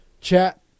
chat